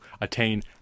attain